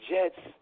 Jets